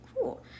Cool